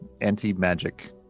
anti-magic